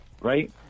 right